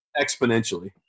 Exponentially